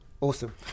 Awesome